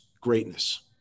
greatness